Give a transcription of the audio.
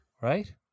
Right